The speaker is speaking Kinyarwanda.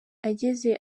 ageze